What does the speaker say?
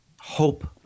hope